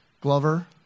Glover